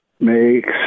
makes